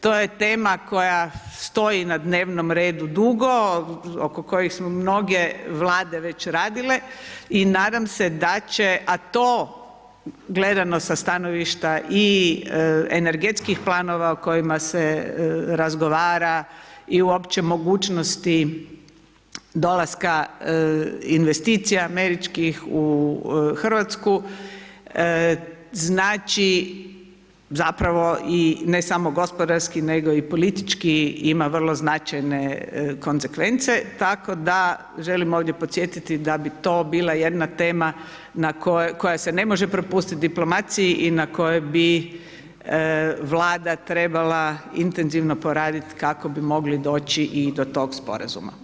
To je tema koja stoji na dnevnom redu dugo, oko kojih su mnoge Vlade već radile i nadam se da će to, a to gledano sa stanovišta i energetskih planova o kojima se razgovara i uopće mogućnosti dolaska investicija američkih u Hrvatsku, znači zapravo i ne samo gospodarski, nego i politički ima vrlo značajne konsekvence, tako da želim ovdje podsjetiti da bi to bila jedna tema koja se ne može prepustiti diplomaciji i na koje bi Vlada trebala intenzivno poraditi kako bi mogli doći i do tog sporazum.